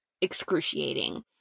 excruciating